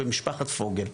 במשפחת פוגל.